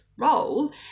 Role